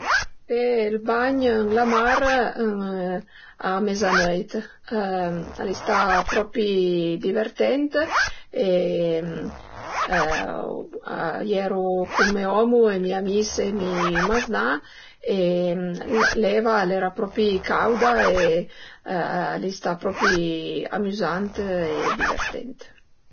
Fe ël bagn ën la mar a mezanöit, al e istà propi divertent e a ieru cun me omu, mi amis e mi maznà e l'eva al era propri cauda e al e istà amüzant e divertent